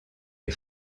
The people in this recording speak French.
les